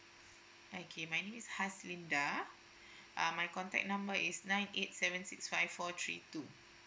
okay my name is haslinda uh my contact number is nine eight seven six five four three two